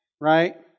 right